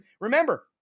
Remember